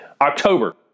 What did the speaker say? October